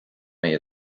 meile